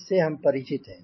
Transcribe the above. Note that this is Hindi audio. इससे हम परिचित हैं